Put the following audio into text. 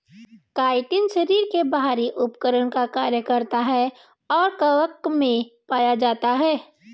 chitin शरीर के बाहरी आवरण का कार्य करता है और कवक में पाया जाता है